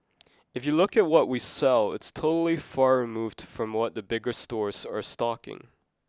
if you look at what we sell it's totally far removed from what the bigger stores are stocking